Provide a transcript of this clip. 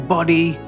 Body